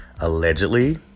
Allegedly